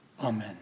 Amen